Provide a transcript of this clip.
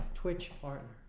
twitch partner